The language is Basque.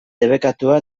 debekatua